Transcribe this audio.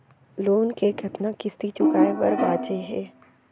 Loan के कतना किस्ती चुकाए बर बांचे हे?